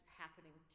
happening